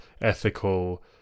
ethical